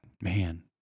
Man